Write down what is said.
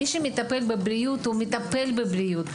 מי שמטפל בבריאות הוא מטפל בבריאות,